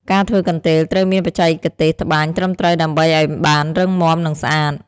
ការធ្វើកន្ទេល ត្រូវមានបច្ចេកទេសត្បាញត្រឹមត្រូវដើម្បីឲ្យបានរឹងមាំ និងស្អាត។